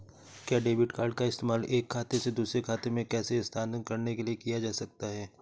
क्या debit card का इस्तेमाल एक खाते से दूसरे खाते में पैसे स्थानांतरण करने के लिए किया जा सकता है?